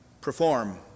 perform